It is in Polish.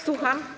Słucham?